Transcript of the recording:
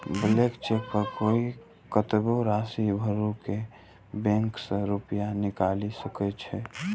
blank cheque पर कोइ कतबो राशि भरि के बैंक सं रुपैया निकालि सकै छै